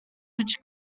which